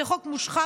זה חוק מושחת,